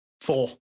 Four